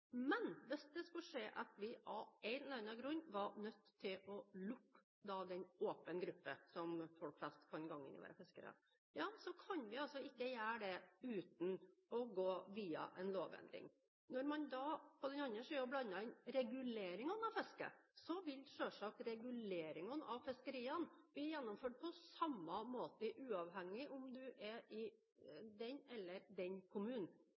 Men hvis det skulle skje at vi av en eller annen grunn skulle bli nødt til å lukke åpen gruppe, en gruppe hvor folk flest kan gå inn og være fiskere, så kan vi ikke gjøre det uten å gå via en lovendring. Så blander man, på den annen side, inn reguleringene av fisket: Reguleringene av fiskeriene vil selvsagt bli gjennomført på samme måte, uavhengig av om du er i den eller den kommunen.